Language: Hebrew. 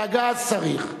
שהגז צריך.